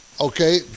Okay